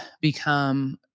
become